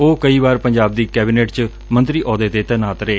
ਉਹ ਕਈ ਵਾਰ ਪੰਜਾਬ ਦੀ ਕੈਬਨਿਟ ਮੰਤਰੀ ਅਹੁਦੇ ਤੇ ਰਹੇ